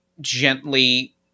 gently